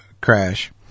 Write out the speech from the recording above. crash